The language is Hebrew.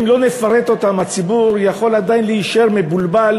אם לא נפרט אותן, הציבור יכול עדיין להישאר מבולבל